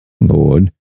Lord